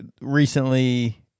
recently